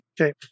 Okay